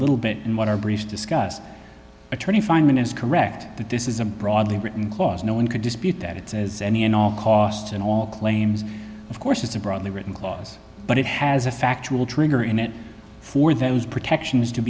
little bit and what our brief discussed attorney fineman is correct that this is a broadly written clause no one could dispute that it says any and all costs and all claims of course is a broadly written clause but it has a factual trigger in it for those protections to